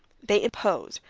they imposed,